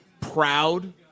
proud